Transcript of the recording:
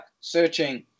Searching